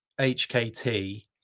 HKT